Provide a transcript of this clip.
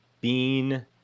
Bean